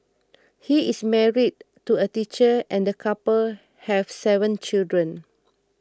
he is married to a teacher and the couple have seven children